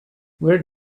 where